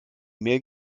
mail